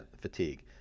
fatigue